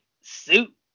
suit